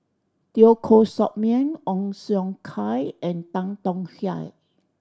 Teo Koh Sock Miang Ong Siong Kai and Tan Tong Hye